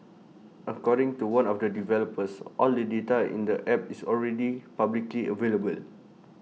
according to one of the developers all the data in the app is already publicly available